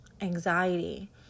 anxiety